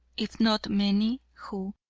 if not many, who,